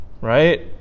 right